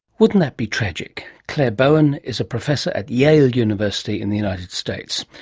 wouldn't that be tragic? claire bowern is a professor at yale university in the united states.